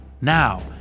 Now